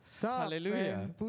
Hallelujah